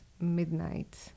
Midnight